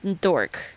dork